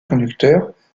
conducteurs